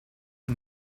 and